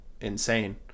insane